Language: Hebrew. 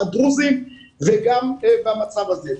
הדרוזים הם גם במצב הזה.